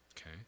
Okay